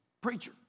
preacher